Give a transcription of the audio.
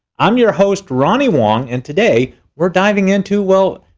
i'm your host, ronnie wong, and today we're diving into, well,